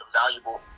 valuable